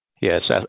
Yes